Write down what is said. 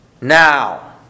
now